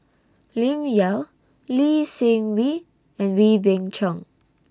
Lim Yau Lee Seng Wee and Wee Beng Chong